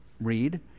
read